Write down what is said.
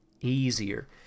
easier